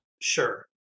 Sure